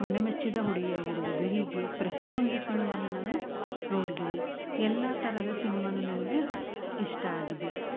ಮನ ಮೆಚ್ಚಿದ ಹುಡುಗಿ ಆಗಿರ್ಬೊದು ಹೀಗೆ ಪ್ರತ್ಯೊಂದು ಸಿನ್ಮನು ನಾನು ನೋಡಿದ್ದೀನಿ ಎಲ್ಲಾ ಥರದ ಸಿನ್ಮನು ನನಗೆ ಇಷ್ಟ ಆಗಿದೆ